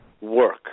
work